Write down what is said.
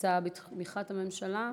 ההצעה בתמיכת הממשלה.